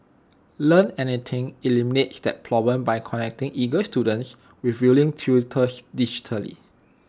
Learn Anything eliminates that problem by connecting eager students with willing tutors digitally